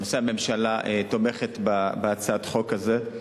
למעשה הממשלה, תומכת בהצעת החוק הזאת.